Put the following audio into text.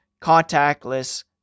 contactless